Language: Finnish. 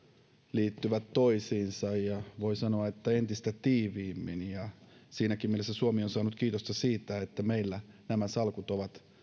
liittyvät toisiinsa ja voi sanoa että entistä tiiviimmin siinäkin mielessä suomi on saanut kiitosta siitä että meillä nämä salkut ovat